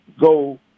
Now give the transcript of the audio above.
go